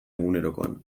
egunerokoan